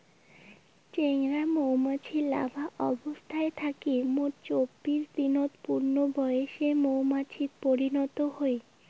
চেংরা মৌমাছি লার্ভা অবস্থা থাকি মোট চব্বিশ দিনত পূর্ণবয়সের মৌমাছিত পরিণত হই